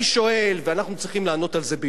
אני שואל, ואנחנו צריכים לענות על זה ביושר: